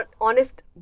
honest